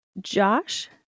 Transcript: Josh